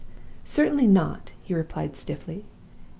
certainly not he replied, stiffly.